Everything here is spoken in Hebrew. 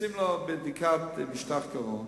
עושים לו בדיקת משטח גרון,